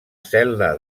cel·la